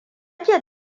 ke